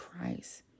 Christ